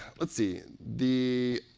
let's see. and the